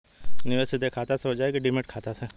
निवेश सीधे खाता से होजाई कि डिमेट खाता से?